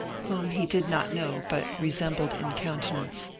whom he did not know but resembled in countenance.